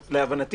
להבנתי,